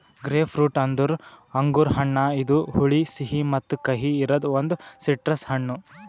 grapefruit ಅಂದುರ್ ಅಂಗುರ್ ಹಣ್ಣ ಇದು ಹುಳಿ, ಸಿಹಿ ಮತ್ತ ಕಹಿ ಇರದ್ ಒಂದು ಸಿಟ್ರಸ್ ಹಣ್ಣು